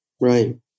Right